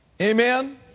Amen